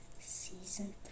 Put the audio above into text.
Season